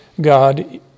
God